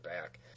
back